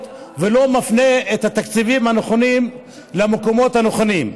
ולא מפנה את התקציבים הנכונים למקומות הנכונים.